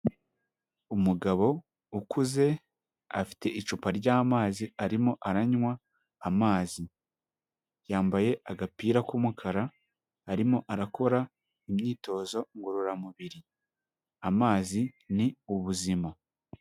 Umugabo ukuze afite icupa ry'amazi arimo aranywa amazi yambaye agapira k'umukara, arimo arakora imyitozo ngororamubiri amazi ni ubuzima.